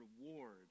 reward